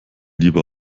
lieber